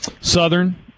Southern